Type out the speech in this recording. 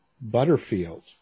Butterfield